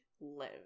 live